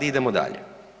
Idemo dalje.